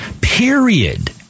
Period